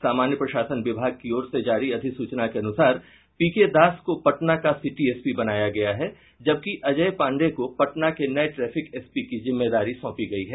सामान्य प्रशासन विभाग की ओर से जारी अधिसूचना के अनुसार पीके दास को पटना का सीटी एसपी बनाया गया है जबकि अजय पांडेय को पटना के नये ट्रैफिक एसपी की जिम्मेदारी सौंपी गयी है